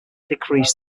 decrease